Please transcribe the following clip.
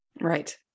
right